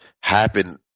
happen